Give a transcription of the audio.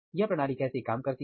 यह प्रणाली कैसे काम करती है